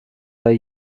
are